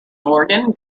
morgan